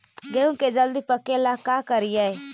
गेहूं के जल्दी पके ल का करियै?